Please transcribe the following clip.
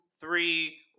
three